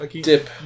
Dip